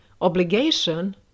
obligation